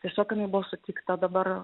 tiesiog jinai buvo suteikta dabar